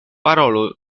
parolu